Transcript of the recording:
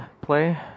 play